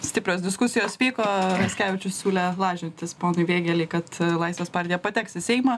stiprios diskusijos vyko raskevičius siūlė lažintis ponui vėgėlei kad laisvės partija pateks į seimą